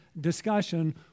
discussion